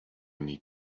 need